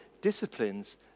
disciplines